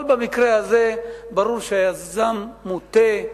אבל במקרה הזה ברור שהיזם מוטה,